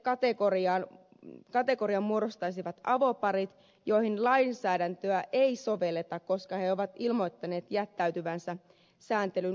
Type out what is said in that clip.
kolmannen kategorian muodostaisivat avoparit joihin lainsäädäntöä ei sovelleta koska he ovat ilmoittaneet jättäytyvänsä sääntelyn ulkopuolelle